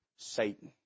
Satan